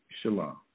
shalom